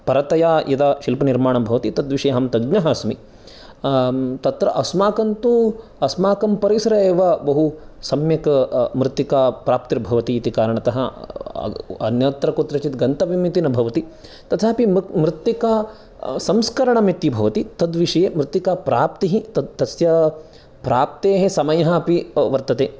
परतया यदा शिल्पनिर्माणं भवति तद्विषये अहं तज्ञः अस्मि तत्र अस्माकं तु अस्माकं परिसरे एव बहु सम्यक् मृत्तिका प्राप्तिर्भवति इति कारणतः अन्यत्र कुत्रचिद् गन्तव्यं इति न भवति तथापि मृत् मृत्तिका संस्करणम् इति भवति तद्विषये मृत्तिका प्राप्तिः तत् तस्य प्राप्तेः समयः अपि वर्तते